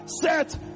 set